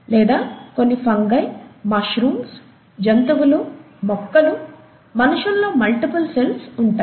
లేదా కొన్ని fungi mushrooms జంతువులూ మొక్కలు మనుషుల్లో మల్టిపుల్ సెల్స్ ఉంటాయి